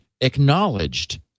acknowledged